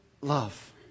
love